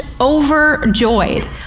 overjoyed